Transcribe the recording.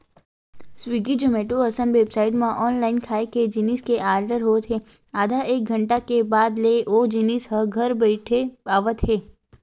Swiggy, Zomato असन website म online खाए के जिनिस के आरडर होत हे आधा एक घंटा के बाद ले ओ जिनिस ह घर बइठे आवत हे